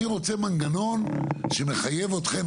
אני רוצה מנגנון שמחייב אתכם,